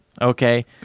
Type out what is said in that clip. Okay